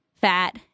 Fat